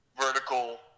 vertical